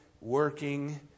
working